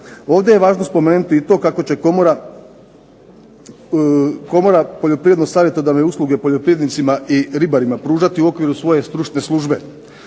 Ovdje je važno spomenuti i to kako će Komora poljoprivredno savjetodavne usluge, poljoprivrednicima i ribarima pružati u okviru svoje stručne službe